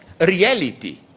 reality